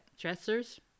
dressers